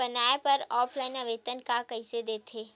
बनाये बर ऑफलाइन आवेदन का कइसे दे थे?